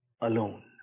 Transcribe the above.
alone